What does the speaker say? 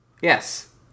Yes